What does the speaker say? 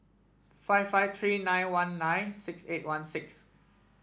five five three nine one nine six eight one six